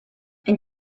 and